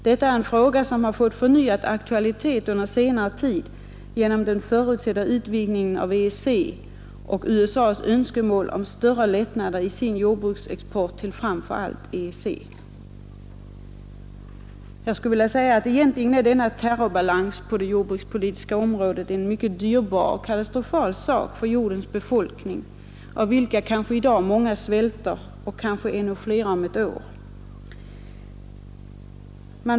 Detta är en fråga som fått förnyad aktualitet under senare tid genom den förutsedda utvidgningen av EEC och USA:s önskemål om större lättnader i sin jordbruksexport till framför allt EEC.” Egentligen är denna ”terrorbalans” på det jordbrukspolitiska området en dyrbar och katastrofal sak för jordens befolkning — av vilken många svälter i dag och kanske ännu flera om ett år.